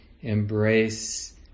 embrace